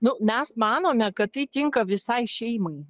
nu mes manome kad tai tinka visai šeimai